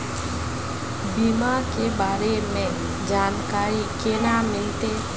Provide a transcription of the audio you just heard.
बीमा के बारे में जानकारी केना मिलते?